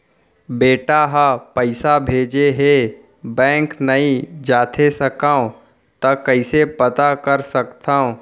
बेटा ह पइसा भेजे हे बैंक नई जाथे सकंव त कइसे पता कर सकथव?